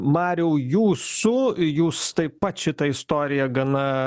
mariau jūsų jūs taip pat šitą istoriją gana